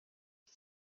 iki